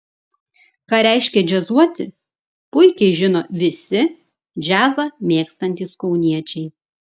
ką reiškia džiazuoti puikiai žino visi džiazą mėgstantys kauniečiai